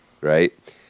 right